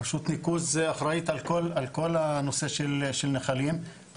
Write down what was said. הרשות ניקוז אחראית על כל הנושא של נחלים,